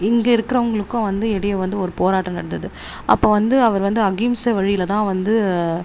இங்கே இருக்கிறவங்களுக்கும் வந்து இடையே வந்து ஒரு போராட்டம் நடந்தது அப்போது வந்து அவர் வந்து அகிம்சை வழியில் தான் வந்து